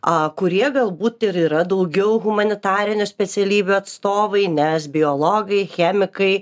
a kurie galbūt ir yra daugiau humanitarinių specialybių atstovai nes biologai chemikai